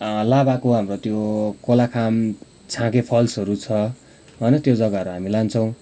लाभाको हाम्रो त्यो कोला खाम छाँगे फल्सहरू छ होइन त्यो जग्गाहरू हामी लान्छौँ